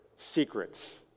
secrets